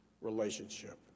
relationship